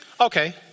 Okay